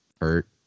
Hurt